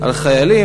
על חיילים,